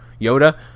Yoda